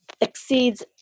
exceeds